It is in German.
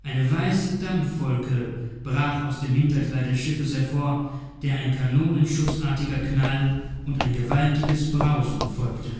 eine weiße dampfwolke brach aus dem hinterteil des schiffes hervor der ein kanonenschußartiger knall und ein gewaltiges brausen folgte